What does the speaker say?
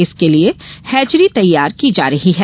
इसके लिये हैचरी तैयार की जा रही है